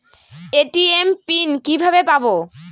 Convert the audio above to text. ATM pin কিভাবে পাবো?